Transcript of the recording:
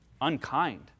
unkind